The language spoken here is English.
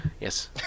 Yes